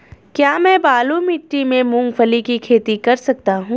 क्या मैं बालू मिट्टी में मूंगफली की खेती कर सकता हूँ?